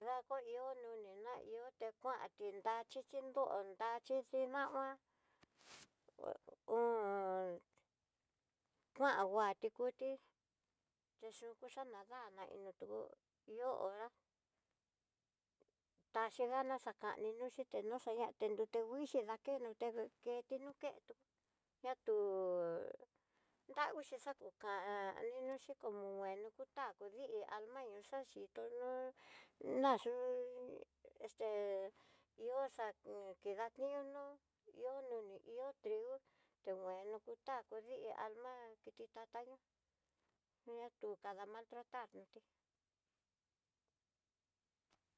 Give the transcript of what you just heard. Nrá ku ihó té kuanti vaxhixi nró nraxhixi namá ho on, kuan vati kuti, te yukú xanadana no tú, ihó hora taxigana xakani nuxa'a ñá té nruxi kuixhi ndakendó tá kentí nokendó natú nravixhi xakuka ninoxi como nenukutá kudíi almenió xoxhito nó naxú'u esté, ihó xadí kidá ihó no'ó no ihó noni ihó trigo té wueni kutá kudíi alm'a kitata ñó'o ña tú kada maltratar notí.